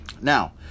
Now